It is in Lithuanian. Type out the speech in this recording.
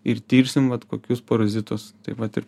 ir tirsim vat kokius parazitus tai vat ir